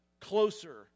closer